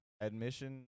admission